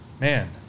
man